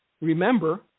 remember